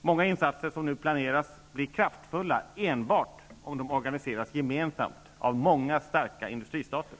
Många insatser som nu planeras blir kraftfulla enbart om de organiseras gemensamt av många starka industristater.